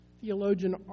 Theologian